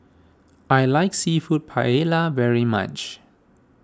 I like Seafood Paella very much